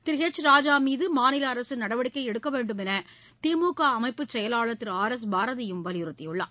திருஹெச் ராஜாமீதமாநிலஅரசுநடவடிக்கைஎடுக்கவேண்டும் என்றுதிமுகஅமைப்பு செயலாளர் திரு ஆர் எஸ் பாரதியும் வலியுறுத்தியுள்ளார்